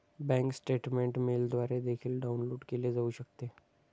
bank statement मेलद्वारे देखील download केले जाऊ शकते